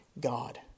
God